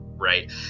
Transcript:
Right